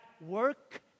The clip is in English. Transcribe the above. work